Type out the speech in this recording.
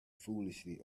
foolishly